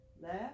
left